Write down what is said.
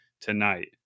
tonight